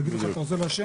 יגידו לך אתה רוצה לעשן,